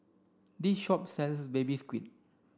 this shop sells baby squid